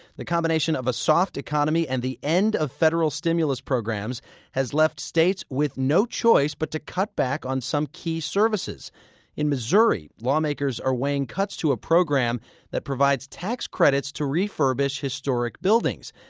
the combination of a soft economy and the end of federal stimulus programs has left states with no choice but to cut back on some key services in missouri, lawmakers are weighing cuts to a program that provides tax credits to refurbish historic buildings.